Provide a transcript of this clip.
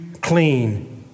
clean